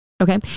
Okay